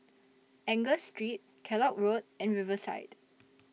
Angus Street Kellock Road and Riverside